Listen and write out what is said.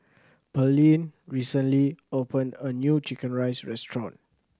Pearlene recently opened a new chicken rice restaurant